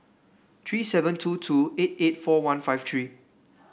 three seven two two eight eight four one five three